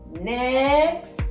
next